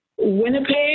Winnipeg